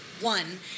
one